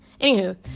anywho